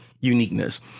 uniqueness